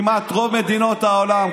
כמעט רוב מדינות העולם,